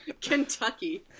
Kentucky